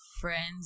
friends